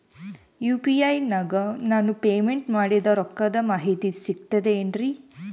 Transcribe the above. UPI ನಾಗ ನಾನು payment ಮಾಡಿದ ರೊಕ್ಕದ ಮಾಹಿತಿ ಸಿಕ್ತದೆ ಏನ್ರಿ?